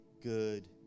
good